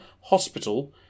hospital